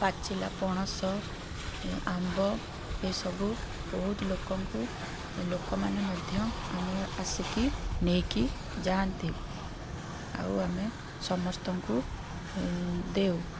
ପାଚିଲା ପଣସ ଆମ୍ବ ଏସବୁ ବହୁତ ଲୋକଙ୍କୁ ଲୋକମାନେ ମଧ୍ୟ ଆମର ଆସିକି ନେଇକି ଯାଆନ୍ତି ଆଉ ଆମେ ସମସ୍ତଙ୍କୁ ଦେଉ